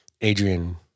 Adrian